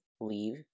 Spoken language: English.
leave